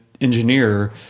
engineer